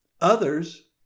Others